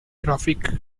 graphic